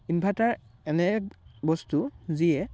inverter এনে এক বস্তু যিয়ে